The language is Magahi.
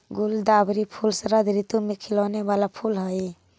गुलदावरी फूल शरद ऋतु में खिलौने वाला फूल हई